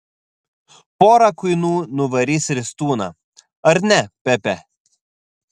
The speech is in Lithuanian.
pora kuinų nuvarys ristūną ar ne pepe